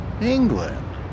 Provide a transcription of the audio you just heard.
England